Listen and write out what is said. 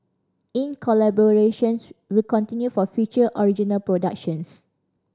in collaborations will continue for future original productions